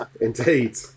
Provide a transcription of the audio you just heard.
indeed